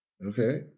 Okay